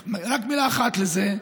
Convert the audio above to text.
רק מילה אחת לזה,